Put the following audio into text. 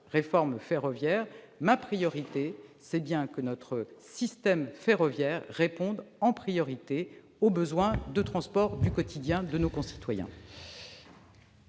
réforme ferroviaire, ma priorité est bien que notre système ferroviaire réponde d'abord aux besoins de transports du quotidien de nos concitoyens.